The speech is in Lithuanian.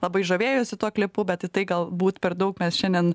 labai žavėjosi tuo klipu bet į tai galbūt per daug mes šiandien